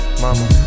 Mama